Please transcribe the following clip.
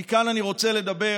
מכאן אני רוצה לדבר